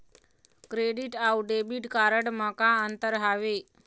Credit अऊ debit card म का अंतर हावे?